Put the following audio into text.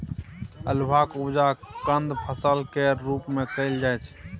अल्हुआक उपजा कंद फसल केर रूप मे कएल जाइ छै